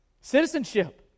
Citizenship